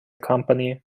company